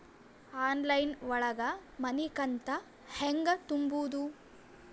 Online ಒಳಗ ಮನಿಕಂತ ಹ್ಯಾಂಗ ತುಂಬುದು?